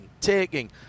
taking